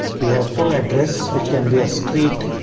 we have full address, which can be a street.